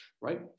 right